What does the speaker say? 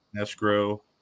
Escrow